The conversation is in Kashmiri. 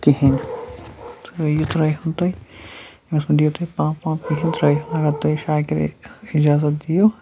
کِہیٖنۍ تہٕ یہِ ترٛٲوۍ ہُن تُہۍ أمِس مہٕ دِیِو تُہۍ پَمپ وَمپ کِہیٖنۍ ترٛٲوِتھ اگر تُہۍ شاکرِ اِجازت دِیِو